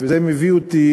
זה מביא אותי,